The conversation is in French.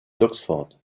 d’oxford